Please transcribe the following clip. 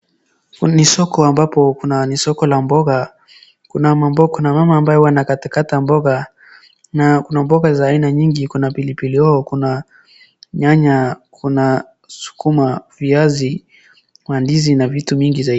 Ni soko ambapo kuna ni soko la mboga kuna mama ambaye huwa anakatakata mboga na kuna mboga za aina nyingi kuna pilipili hoho, kuna nyanya, kuna skuma, viazi na ndizi na vitu mingi zaidi.